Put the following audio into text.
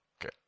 Okay